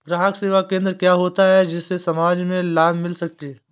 ग्राहक सेवा केंद्र क्या होता है जिससे समाज में लाभ मिल सके?